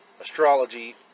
astrology